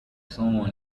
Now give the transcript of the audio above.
someone